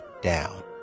down